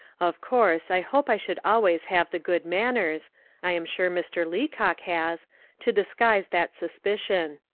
of course i hope i should always have the good manners i am sure mr. leacock has to disguise that suspicion.